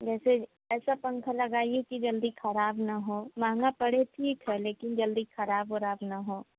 जैसे ऐसा पंखा लगाइए कि जल्दी ख़राब ना हो महँगा पड़े ठीक है लेकिन जल्दी ख़राब उराब ना हो